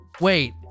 Wait